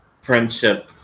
friendship